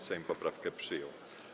Sejm poprawki przyjął.